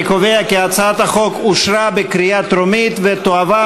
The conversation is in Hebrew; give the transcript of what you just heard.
אני קובע כי הצעת החוק אושרה בקריאה טרומית ותועבר